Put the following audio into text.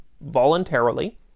voluntarily